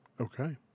Okay